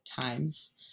times